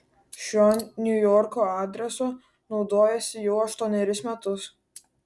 šiuo niujorko adresu naudojuosi jau aštuonerius metus